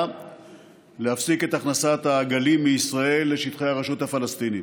להפסיק את הכנסת העגלים מישראל לשטחי הרשות הפלסטינית.